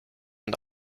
und